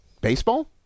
Baseball